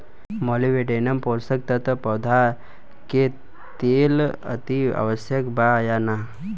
Molybdenum पोषक तत्व पौधा के लेल अतिआवश्यक बा या न?